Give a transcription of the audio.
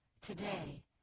Today